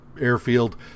airfield